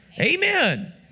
Amen